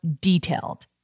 detailed